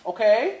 Okay